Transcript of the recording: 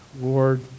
Lord